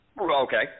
Okay